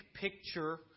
picture